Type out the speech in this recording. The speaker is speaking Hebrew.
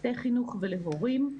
לצוותי חינוך ולהורים.